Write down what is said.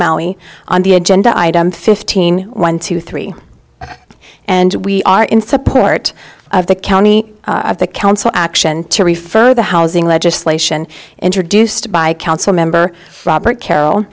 molly on the agenda item fifteen one two three and we are in support of the county of the council action to refer to the housing legislation introduced by council member robert carrol